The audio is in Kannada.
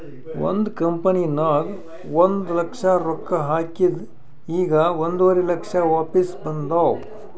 ಒಂದ್ ಕಂಪನಿನಾಗ್ ಒಂದ್ ಲಕ್ಷ ರೊಕ್ಕಾ ಹಾಕಿದ್ ಈಗ್ ಒಂದುವರಿ ಲಕ್ಷ ವಾಪಿಸ್ ಬಂದಾವ್